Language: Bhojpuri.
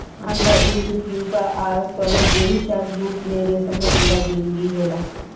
अंडा इल्ली प्यूपा आ शलभ एही चार रूप में रेशम के कीड़ा के जिनगी होला